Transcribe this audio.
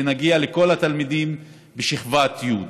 ונגיע לכל התלמידים בשכבת י'.